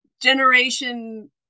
Generation